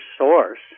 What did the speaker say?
source